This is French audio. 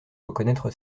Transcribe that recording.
reconnaître